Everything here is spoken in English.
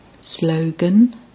Slogan